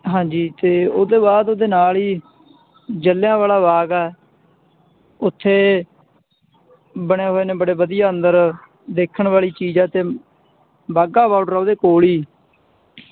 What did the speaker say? ਹਾਂਜੀ ਅਤੇ ਉਹ ਤੋਂ ਬਾਅਦ ਉਹਦੇ ਨਾਲ ਹੀ ਜਲਿਆਂਵਾਲਾ ਬਾਗ ਹੈ ਉੱਥੇ ਬਣੇ ਹੋਏ ਨੇ ਬੜੇ ਵਧੀਆ ਅੰਦਰ ਦੇਖਣ ਵਾਲੀ ਚੀਜ਼ ਹੈ ਅਤੇ ਬਾਘਾ ਬੋਡਰ ਉਹਦੇ ਕੋਲ ਹੀ